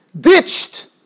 ditched